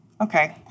Okay